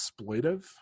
exploitive